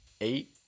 eight